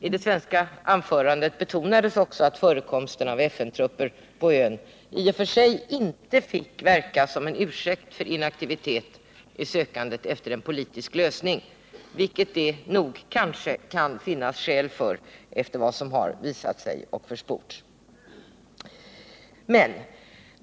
I det svenska anförandet betonades även att förekomsten av FN-trupper på ön i och för sig inte fick verka som en ursäkt för inaktivitet i sökandet efter en politisk lösning, och efter vad som försports kan det finnas goda skäl för ett sådant uttalande.